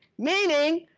meaning,